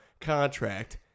contract